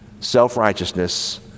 Self-righteousness